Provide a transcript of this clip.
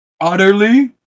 Utterly